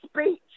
speech